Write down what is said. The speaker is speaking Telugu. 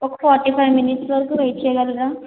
ఒక ఫార్టీ ఫైవ్ మినిట్స్ వరకు వెయిట్ చెయ్యగలరా